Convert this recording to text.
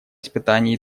испытаний